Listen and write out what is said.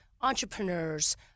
entrepreneurs